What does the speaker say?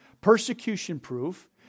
persecution-proof